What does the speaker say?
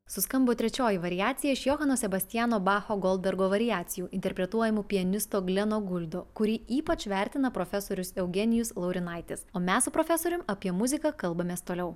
suskambo trečioji variacija iš johano sebastiano bacho goldbergo variacijų interpretuojamų pianisto gleno guldo kurį ypač vertina profesorius eugenijus laurinaitis o mes su profesorium apie muziką kalbamės toliau